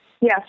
Yes